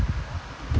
dog ah